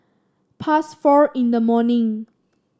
past four in the morning